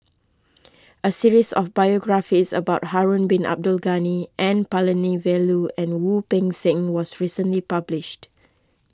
a series of biographies about Harun Bin Abdul Ghani N Palanivelu and Wu Peng Seng was recently published